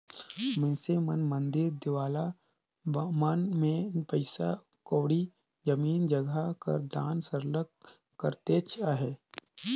मइनसे मन मंदिर देवाला मन में पइसा कउड़ी, जमीन जगहा कर दान सरलग करतेच अहें